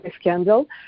scandal